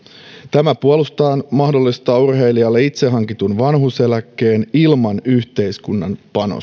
tämä puolestaan mahdollistaa urheilijalle itse hankitun vanhuuseläkkeen ilman yhteiskunnan